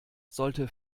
sollte